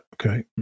okay